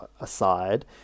aside